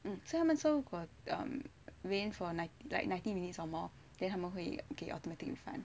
mm so 他们说如果 rain for like ninety minutes or more then 他们会给 automatic refund